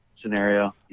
scenario